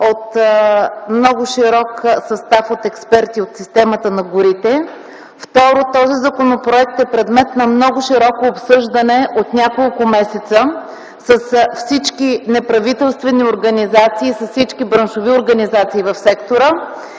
от много широк състав от експерти от системата на горите. Второ, този законопроект е предмет на много широко обсъждане от няколко месеца с всички неправителствени организации, с всички браншови организации в сектора.